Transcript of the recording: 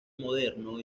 moderno